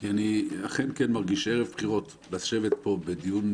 כי אני אכן כן מרגיש שערב בחירות לשבת פה בדיון,